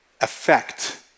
effect